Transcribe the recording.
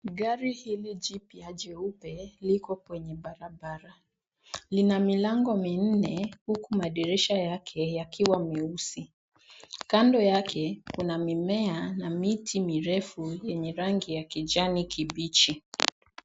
Gari hili jipya jeupe liko kwenye barabara. Lina milango minne huku madirisha yake yakiwa meusi. Kando yake, kuna mimea na miti mirefu yenye rangi ya kijani kibichi.